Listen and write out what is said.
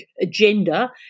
agenda